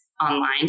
online